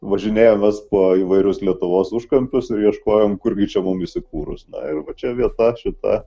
važinėjomės po įvairius lietuvos užkampius ir ieškojom kurgi čia mums įsikūrus na ir va čia vieta šita